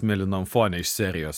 mėlynam fone iš serijos